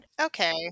Okay